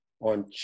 on